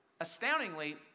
Astoundingly